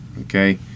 okay